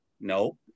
no